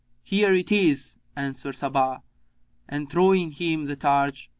here it is, answered sabbah and, throwing him the targe,